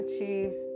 achieves